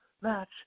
match